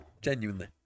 Genuinely